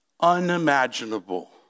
unimaginable